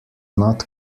not